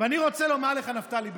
ואני רוצה לומר לך, נפתלי בנט,